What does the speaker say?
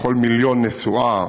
לכל מיליון נסועה